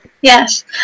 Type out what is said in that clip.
yes